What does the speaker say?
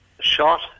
shot